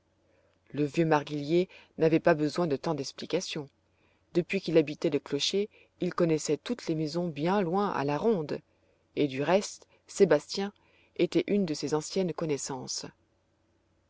le vieux marguillier n'avait pas besoin de tant d'explications depuis qu'il habitait le clocher il connaissait toutes les maisons bien loin à la ronde et du reste sébastien était une de ses anciennes connaissances